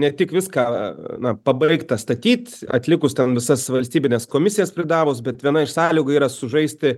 ne tik viską na pabaigtą statyti atlikus ten visas valstybines komisijas pridavus bet viena iš sąlygų yra sužaisti